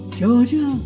Georgia